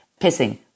pissing